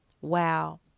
Wow